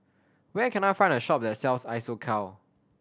where can I find a shop that sells Isocal